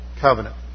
covenant